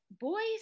boys